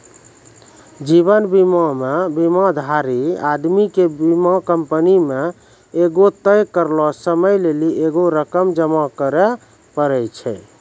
जीवन बीमा मे बीमाधारी आदमी के बीमा कंपनी मे एगो तय करलो समय लेली एगो रकम जमा करे पड़ै छै